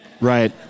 Right